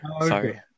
sorry